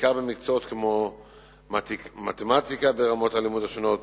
בעיקר במקצועות כמו מתמטיקה ברמות הלימוד השונות